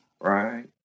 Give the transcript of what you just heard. Right